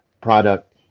product